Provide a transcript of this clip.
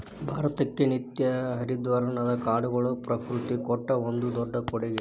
ಭಾರತಕ್ಕೆ ನಿತ್ಯ ಹರಿದ್ವರ್ಣದ ಕಾಡುಗಳು ಪ್ರಕೃತಿ ಕೊಟ್ಟ ಒಂದು ದೊಡ್ಡ ಕೊಡುಗೆ